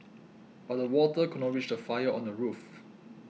but the water could not reach the fire on the roof